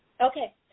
Okay